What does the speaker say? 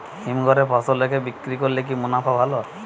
হিমঘরে ফসল রেখে বিক্রি করলে কি মুনাফা ভালো?